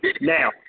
now